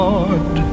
Lord